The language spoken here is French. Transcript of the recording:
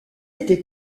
été